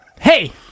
Hey